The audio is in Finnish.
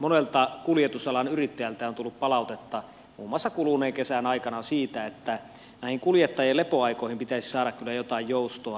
monelta kuljetusalan yrittäjältä on tullut palautetta muun muassa kuluneen kesän aikana siitä että näihin kuljettajien lepoaikoihin pitäisi saada kyllä jotain joustoa